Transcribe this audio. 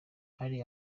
hari